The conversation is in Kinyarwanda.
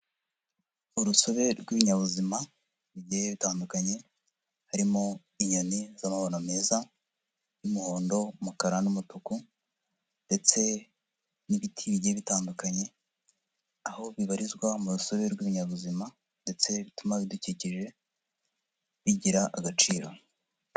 Urusobe rw'ibinyabuzima bigiye bitandukanye, harimo inyoni z'amabara meza, umuhondo, umukara n'umutuku, ndetse n'ibiti bigiye bitandukanye, aho bibarizwa mu rusobe rw'ibinyabuzima ndetse bituma ibidukikije bigira agaciro.